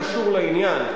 קשור לעניין,